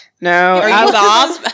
no